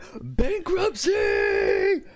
bankruptcy